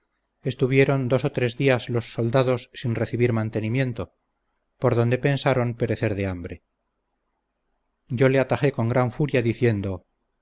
estuvieron dos o tres días los soldados sin recibir mantenimiento por donde pensaron perecer de hambre yo le atajé con gran furia diciendo